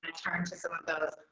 ah turn to some of those.